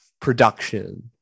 production